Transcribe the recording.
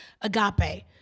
agape